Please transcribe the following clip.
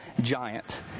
giant